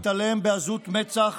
הוא מתעלם בעזות מצח